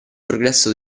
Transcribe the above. progresso